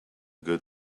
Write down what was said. good